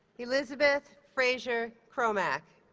elizabeth frazier cromack